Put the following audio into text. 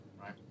right